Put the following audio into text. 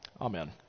Amen